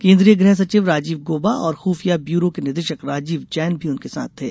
केन्द्रीय गृह सचिव राजीव गौबा और खुफिया ब्यूरो के निदेशक राजीव जैन भी उनके साथ थे